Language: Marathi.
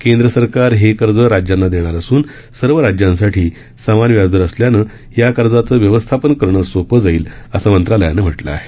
केंद्र सरकार हे कर्ज राज्यांना देणारं असून सर्व राज्यांसाठी समान व्याज दर असल्यानं या कर्जाचं व्यवस्थापन करणं सोपं जाईलअसं मंत्रालयानं म्हटलं आहे